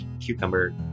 cucumber